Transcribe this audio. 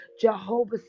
Jehovah